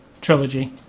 trilogy